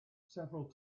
several